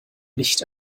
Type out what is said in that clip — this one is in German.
nicht